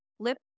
lip